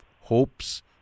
hopes